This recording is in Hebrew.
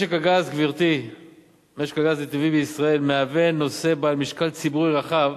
משק הגז הטבעי בישראל מהווה נושא בעל משקל ציבורי רחב,